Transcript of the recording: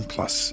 Plus